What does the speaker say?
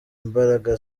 mbaraga